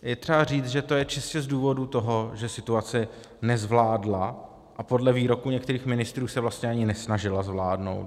Je třeba říct, že je to čistě z toho důvodu, že situaci nezvládla a podle výroků některých ministrů se vlastně ani nesnažila zvládnout.